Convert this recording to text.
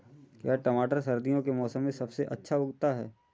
क्या टमाटर सर्दियों के मौसम में सबसे अच्छा उगता है?